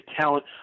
talent